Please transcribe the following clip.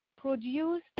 produce